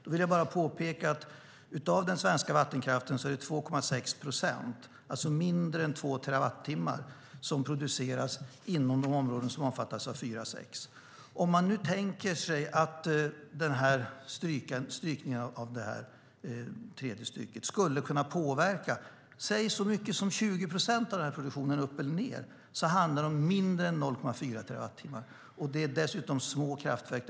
Då vill jag bara påpeka att av den svenska vattenkraften är det 2,6 procent - alltså mindre än 2 terawattimmar - som produceras inom de områden som omfattas av 4 kap. 6 §. Om man nu tänker sig att strykningen av det tredje stycket skulle kunna påverka så mycket som, säg, 20 procent av produktionen upp eller ned så handlar det om mindre än 0,4 terawattimmar. Det är dessutom små kraftverk.